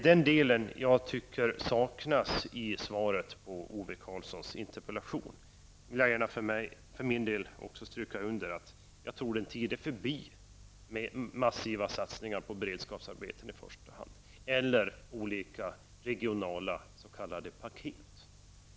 Den delen tycker jag saknas i svaret på För egen del vill jag gärna också stryka under att jag tror att den tiden är förbi då man kunde göra massiva satsningar på i första hand beredskapsarbeten eller i form av olika regionala s.k. paket.